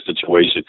situation